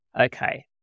okay